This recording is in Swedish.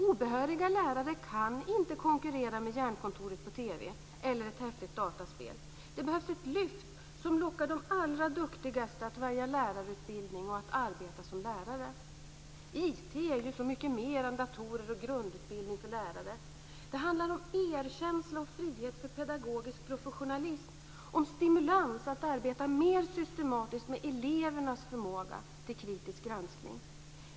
Obehöriga lärare kan inte konkurrera med Hjärnkontoret på TV eller ett häftigt dataspel. Det behövs ett lyft som lockar de allra duktigaste att välja lärarutbildning och att arbeta som lärare. IT är så mycket mer än datorer och grundutbildning för lärare. Det handlar om erkänsla och frihet för pedagogisk professionalism, om stimulans att arbeta mer systematiskt med elevernas förmåga till kritisk granskning.